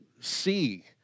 see